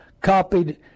copied